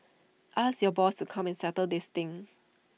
ask your boss to come and settle this thing